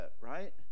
right